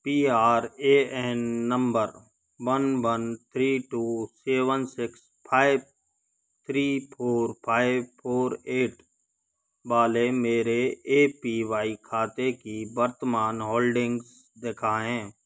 P R A N number one one three two seven six five three four five four eight वाले मेरे A P Y खाते की वर्तमान holdings दिखाएँ